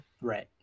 Right